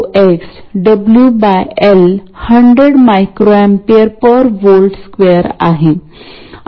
त्यामुळे आपल्याला ह्याची खात्री करणे आवश्यक आहे की हे सिग्नल Vs किंवा त्याचा बहुतेक भाग या गेट सोर्स च्या अक्रॉस दिसेल